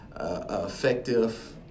effective –